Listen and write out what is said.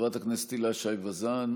חברת הכנסת הילה שי וזאן,